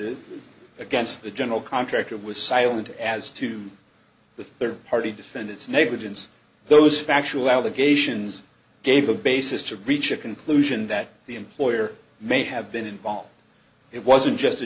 and against the general contractor was silent as to the their party defendants neighbor didn't those factual allegations gave a basis to reach a conclusion that the employer may have been involved it wasn't just a